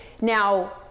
Now